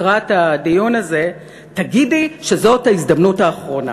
לקראת הדיון הזה: תגידי שזאת ההזדמנות האחרונה.